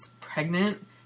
pregnant